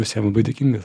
visiem labai dėkingas